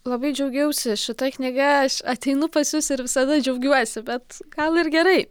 labai džiaugiausi šita knyga aš ateinu pas jus ir visada džiaugiuosi bet gal ir gerai